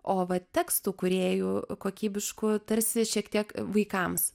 o va tekstų kūrėjų kokybiškų tarsi šiek tiek vaikams